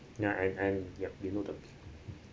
ya I I we know that